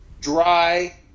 dry